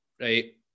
right